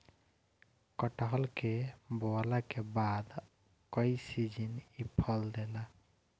कटहल के बोअला के बाद कई सीजन इ फल देला